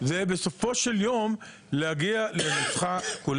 זה בסופו של יום להגיע ל --- כוללת,